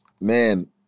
Man